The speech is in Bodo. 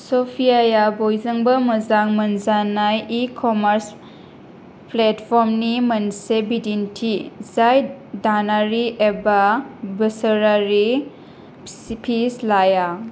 शफियाआ बयजोंबो मोजां मोनजानाय इ कमार्स प्लेटफ'र्मनि मोनसे बिदिन्थि जाय दानारि एबा बोसोरारि फिस लाया